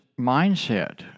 mindset